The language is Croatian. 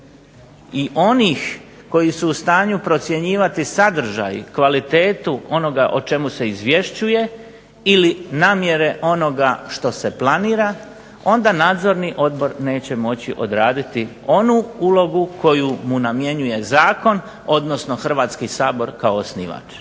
i onih koji su u stanju procjenjivati sadržaj, kvalitetu onoga o čemu se izvješćuje ili namjere onoga što se planira onda Nadzorni odbor neće moći odraditi onu ulogu koju mu namjenjuje zakon, odnosno Hrvatski sabor kao osnivač.